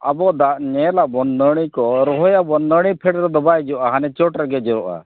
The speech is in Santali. ᱟᱵᱚ ᱧᱮᱞᱟᱵᱚᱱ ᱱᱟᱹᱲᱤᱠᱚ ᱨᱚᱦᱚᱭ ᱟᱵᱚᱱ ᱱᱟᱹᱲᱤ ᱯᱷᱮᱰ ᱨᱮᱫᱚ ᱵᱟᱭ ᱡᱚᱜᱼᱟ ᱦᱟᱱᱮ ᱪᱚᱴᱨᱮᱜᱮ ᱡᱚᱼᱟ